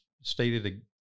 stated